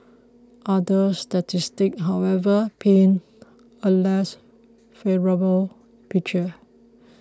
other statistics however paint a less favourable picture